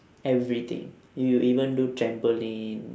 everything you even do trampoline